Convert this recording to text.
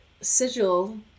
sigil